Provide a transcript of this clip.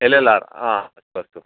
L एल् आर् आम् अस्तु अस्तु